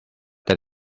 that